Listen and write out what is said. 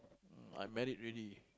I marry already